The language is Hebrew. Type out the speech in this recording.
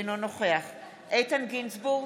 אינו נוכח איתן גינזבורג,